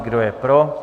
Kdo je pro?